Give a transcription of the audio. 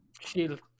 Shield